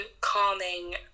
calming